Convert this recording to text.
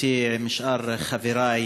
איתן ברושי,